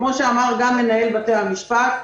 כפי שאמר גם מנהל בתי המשפט,